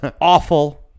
awful